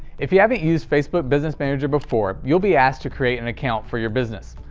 if you haven't used facebook business manager before, you'll be asked to create an account for your business.